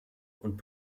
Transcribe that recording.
und